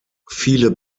viele